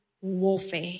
warfare